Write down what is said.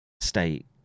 state